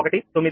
04619